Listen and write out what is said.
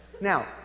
Now